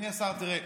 אדוני השר, תראה,